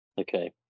Okay